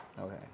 Okay